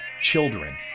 children